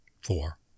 four